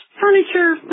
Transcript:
furniture